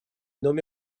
nommé